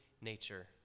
nature